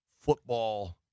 football